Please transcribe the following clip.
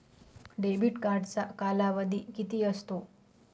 Debit कार्डचा कालावधी किती असतो?